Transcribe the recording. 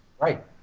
Right